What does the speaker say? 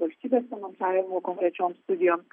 valstybės finansavimu konkrečiom studijom